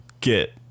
get